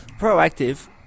Proactive